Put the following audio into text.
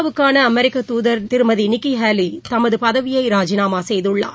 ஐ நா வுக்கான அமெரிக்க தூதர் திருமதி நின்கி ஹேலி தமது பதவியை ராஜிநாமா செய்குள்ளார்